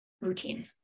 routine